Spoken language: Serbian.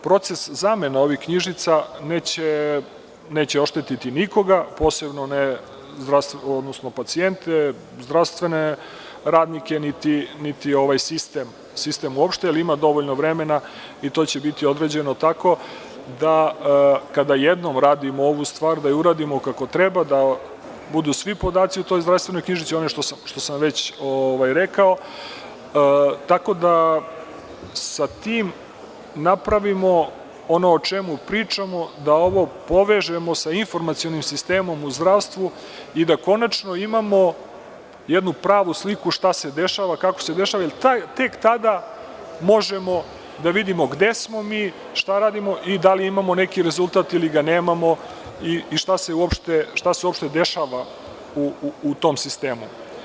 Proces zamena ovih knjižica neće oštetiti nikoga posebno, odnosno pacijente, zdravstvene radnike, niti sistem uopšte, jer ima dovoljno vremena i to će biti određeno tako da kada jednom radimo ovu stvar da je uradimo kako treba, da budu svi podaci u toj zdravstvenoj knjižici, one što sam već rekao, tako da sa tim napravimo ono o čemu pričamo, da ovo povežemo sa informacionim sistemom u zdravstvu i da konačno imamo jednu pravu sliku šta se dešava, kako se dešava i tek tada možemo da vidimo gde smo mi i šta radimo i da li imamo neki rezultat ili ga nemamo i šta se uopšte dešava u tom sistemu.